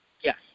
Yes